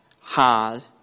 hard